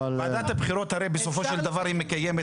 וועדת הבחירות הרי בסופו של דבר היא מקיימת